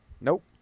Nope